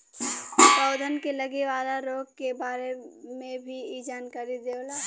पौधन के लगे वाला रोग के बारे में भी इ जानकारी देवला